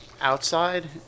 outside